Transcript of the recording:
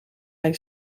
hij